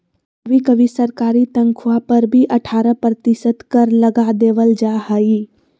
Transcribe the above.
कभी कभी सरकारी तन्ख्वाह पर भी अट्ठारह प्रतिशत कर लगा देबल जा हइ